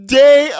day